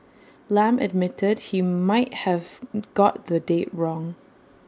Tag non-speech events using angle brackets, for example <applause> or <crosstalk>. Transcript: Lam admitted he might have <hesitation> got the date wrong